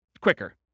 quicker